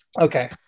Okay